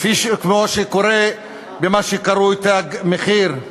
וכפי שקורה במה שקרוי "תג מחיר".